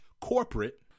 corporate